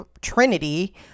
trinity